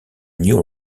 new